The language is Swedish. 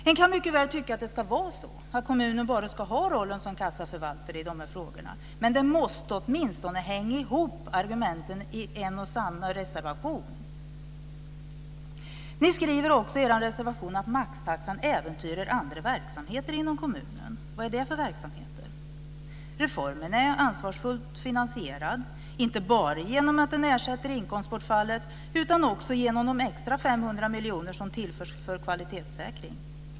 Man kan mycket väl tycka att det ska vara så, att kommunen bara ska ha rollen som kassaförvaltare i de här frågorna. Men argumenten i en och samma reservation måste ändå hänga ihop. Ni skriver också i er reservation att maxtaxan äventyrar andra verksamheter inom kommunen. Vad är det för verksamheter? Reformen är ansvarsfullt finansierad, inte bara genom att man ersätter inkomstbortfallet, utan också genom de extra 500 miljoner som tillförs för kvalitetssäkring.